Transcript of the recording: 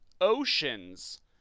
Oceans